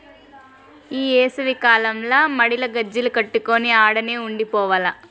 ఈ ఏసవి కాలంల మడిల గాజిల్లు కట్టుకొని ఆడనే ఉండి పోవాల్ల